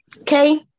Okay